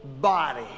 body